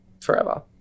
forever